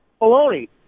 bologna